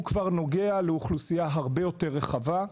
הוא כבר נוגע לאוכלוסייה הרבה יותר רחבה.